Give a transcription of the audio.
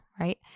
right